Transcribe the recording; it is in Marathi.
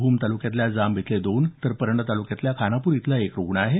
भूम तालुक्यातल्या जांब इथले दोन तर परंडा तालुक्यातल्या खानापूर इथला एक रुग्ण आहे